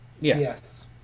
Yes